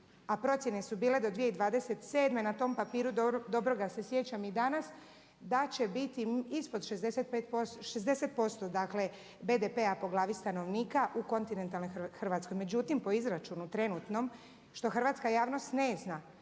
a procjene su bile do 2027. na tom papiru, dobro ga se sjećam i danas, da će biti ispod 60% dakle BDP-a po glavi stanovnika u Kontinentalnoj Hrvatskoj. Međutim, po izračunu trenutnom što hrvatska javnost ne zna,